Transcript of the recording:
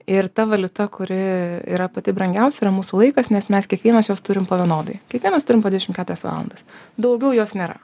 ir ta valiuta kuri yra pati brangiausia yra mūsų laikas nes mes kiekvienas jos turim po vienodai kiekvienas turim po dvidešim keturias valandas daugiau jos nėra